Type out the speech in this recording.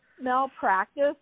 malpractice